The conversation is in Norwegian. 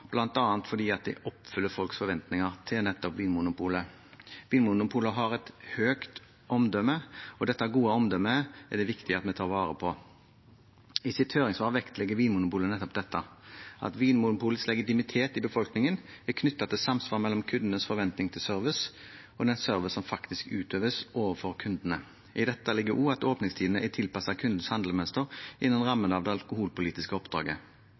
fordi det oppfyller folks forventninger til nettopp Vinmonopolet. Vinmonopolet har et høyt omdømme, og dette gode omdømmet er det viktig at vi tar vare på. I sitt høringssvar vektlegger Vinmonopolet nettopp dette, at Vinmonopolets legitimitet i befolkningen er knyttet til samsvar mellom kundenes forventning til service og den service som faktisk utøves overfor kundene. I dette ligger også at åpningstidene er tilpasset kundenes handlemønster, innenfor rammen av det alkoholpolitiske oppdraget.